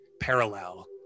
parallel